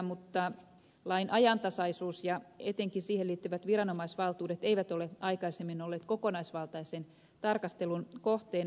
mutta lain ajantasaisuus ja etenkin siihen liittyvät viranomaisvaltuudet eivät ole aikaisemmin olleet kokonaisvaltaisen tarkastelun kohteena